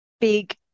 big